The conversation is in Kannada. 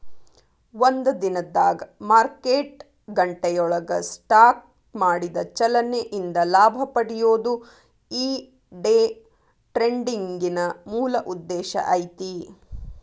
ಒಂದ ದಿನದಾಗ್ ಮಾರ್ಕೆಟ್ ಗಂಟೆಯೊಳಗ ಸ್ಟಾಕ್ ಮಾಡಿದ ಚಲನೆ ಇಂದ ಲಾಭ ಪಡೆಯೊದು ಈ ಡೆ ಟ್ರೆಡಿಂಗಿನ್ ಮೂಲ ಉದ್ದೇಶ ಐತಿ